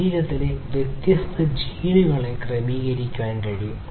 ശരീരത്തിലെ വ്യത്യസ്ത ജീനുകളെ ക്രമീകരിക്കാൻ സാധിക്കും